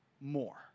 more